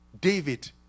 David